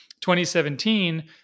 2017